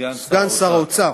סגן שר האוצר.